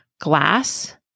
glass